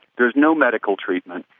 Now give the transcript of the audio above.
there's no medical treatment.